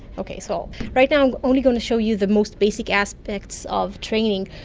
okay, so right now i'm only going to show you the most basic aspects of training.